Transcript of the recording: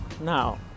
Now